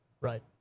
Right